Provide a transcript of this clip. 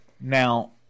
Now